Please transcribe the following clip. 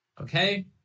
Okay